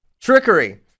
Trickery